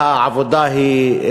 העבודה היא,